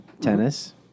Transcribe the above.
Tennis